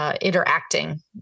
interacting